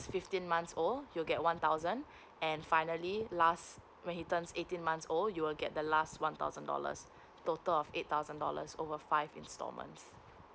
fifteen months old you get one thousand and finally last when he turns eighteen months old you will get the last one thousand dollars total of eight thousand dollars over five instalments